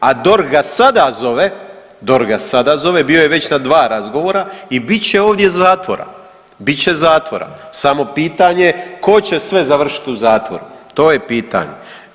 A DORH ga sada zove, DORH ga sada zove bio je već na 2 razgovora i bit će ovdje zatvora, bit će zatvora samo pitanje tko će sve završit u zatvoru, to je pitanje.